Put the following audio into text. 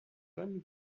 bonne